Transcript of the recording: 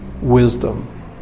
wisdom